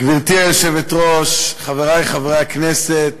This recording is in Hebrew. גברתי היושבת-ראש, חברי חברי הכנסת